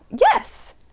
Yes